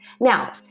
Now